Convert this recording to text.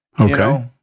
okay